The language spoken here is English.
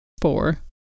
four